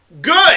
Good